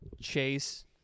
Chase